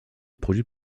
produit